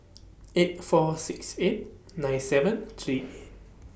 eight four six eight nine seven three eight